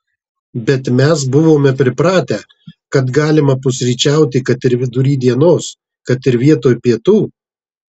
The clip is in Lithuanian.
bet mes buvome pripratę kad galima pusryčiauti kad ir vidury dienos kad ir vietoj pietų